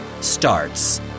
starts